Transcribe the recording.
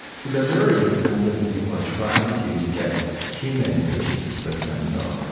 so there are various methods that people have tried to do to get human patient-specific stem cells.